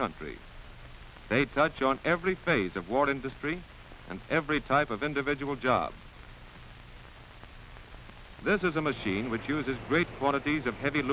country a touch on every phase of war industry and every type of individual jobs this is a machine which uses great quantities of heavy